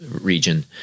region